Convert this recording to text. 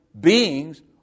beings